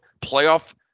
playoff